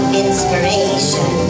inspiration